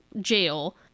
jail